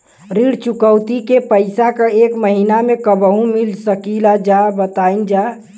ऋण चुकौती के पैसा एक महिना मे कबहू चुका सकीला जा बताईन जा?